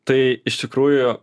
tai iš tikrųjų